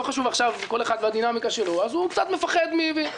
כל אחד והדינמיקה שלו קצת מפחד מהם.